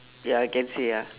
ya I can say ah